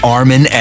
Armin